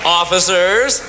officers